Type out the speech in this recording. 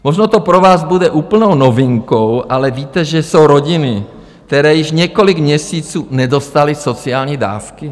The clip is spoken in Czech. Možná to pro vás bude úplnou novinkou, ale víte, že jsou rodiny, které již několik měsíců nedostaly sociální dávky?